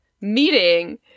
meeting